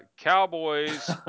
Cowboys